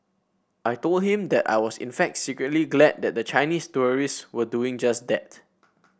I told him that I was in fact secretly glad that the Chinese tourists were doing just that